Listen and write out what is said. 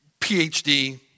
PhD